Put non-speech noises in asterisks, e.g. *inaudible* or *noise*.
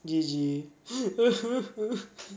G_G *noise*